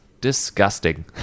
disgusting